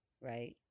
right